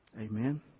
Amen